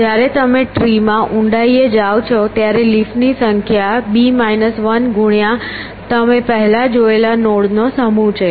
જ્યારે તમે ટ્રી માં ઊંડાઇએ જાઓ છો ત્યારે લીફ ની સંખ્યા ગુણ્યા તમે પહેલાં જોયેલા નોડ નો સમૂહ છે